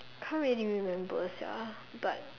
can't really remember Sia but